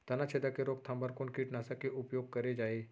तनाछेदक के रोकथाम बर कोन कीटनाशक के उपयोग करे जाये?